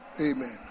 Amen